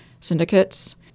syndicates